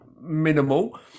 minimal